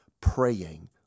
praying